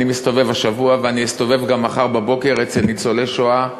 אני מסתובב השבוע ואסתובב גם מחר בבוקר אצל ניצולי שואה שנאלצנו,